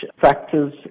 factors